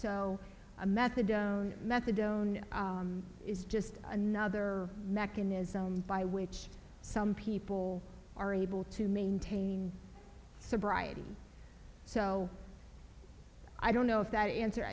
so a methadone methadone is just another mechanism by which some people are able to maintain sobriety so i don't know if that answer